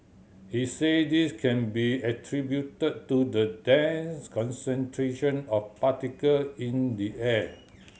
he said this can be attributed to the dense concentration of particle in the air